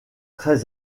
très